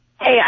Hey